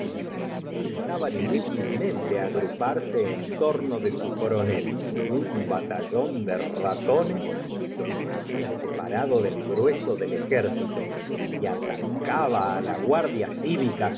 é intentaban inútilmente agruparse en torno de su cor onel un batallón ele ratones los habla separado del grueso del ejército y atacaba á la guardia ciyica